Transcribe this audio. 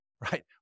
right